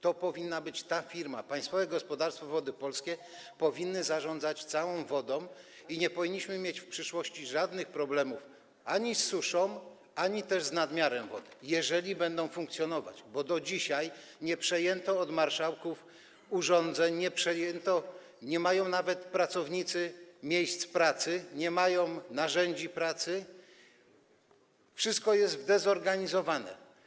To ta firma, państwowe gospodarstwo Wody Polskie, powinna zarządzać całą wodą i nie powinniśmy mieć w przyszłości żadnych problemów ani z suszą, ani też z nadmiarem wody, jeżeli będzie funkcjonować, bo do dzisiaj nie przejęto od marszałków urządzeń, pracownicy nie mają nawet miejsc pracy, nie mają narzędzi pracy, wszystko jest zdezorganizowane.